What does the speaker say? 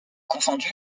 confondu